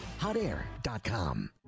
Hotair.com